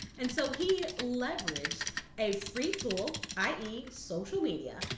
and so he leveraged a free tool, i e. social media,